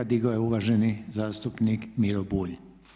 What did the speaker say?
Digao ju je uvaženi zastupnik Miro Bulj.